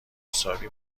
مساوی